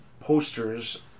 posters